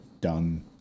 done